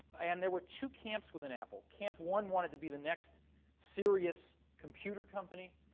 and there were two camps within apple. camp one wanted to be the next serious computer company,